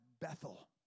Bethel